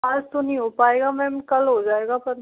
आज तो नहीं हो पाएगा मैम कल हो जाएगा पर